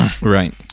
Right